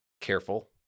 careful